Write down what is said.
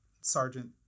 sergeant